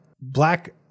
black